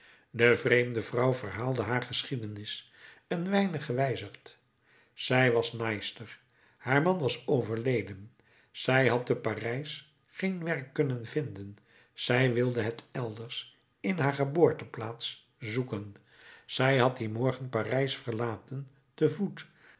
de vreemde vrouw verhaalde haar geschiedenis een weinig gewijzigd zij was naaister haar man was overleden zij had te parijs geen werk kunnen vinden zij wilde het elders in haar geboorteplaats zoeken zij had dien morgen parijs verlaten te voet